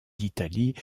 d’italie